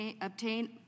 obtain